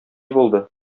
булды